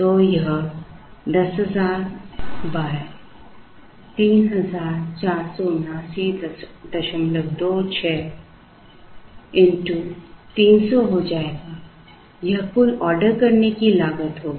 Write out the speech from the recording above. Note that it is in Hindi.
तो यह 10000 347926 300 हो जाएगा यह कुल ऑर्डर करने की लागत होगी